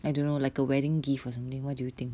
I don't know like a wedding gift or something what do you think